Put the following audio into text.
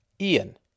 Ian